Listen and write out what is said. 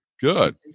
Good